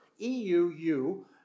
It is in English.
E-U-U